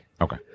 Okay